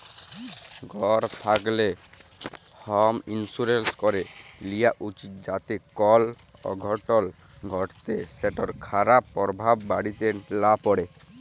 ঘর থ্যাকলে হম ইলসুরেলস ক্যরে লিয়া উচিত যাতে কল অঘটল ঘটলে সেটর খারাপ পরভাব বাড়িতে লা প্যড়ে